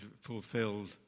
fulfilled